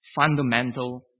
fundamental